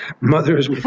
mothers